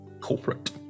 corporate